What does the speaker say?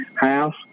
House